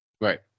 Right